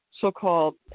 so-called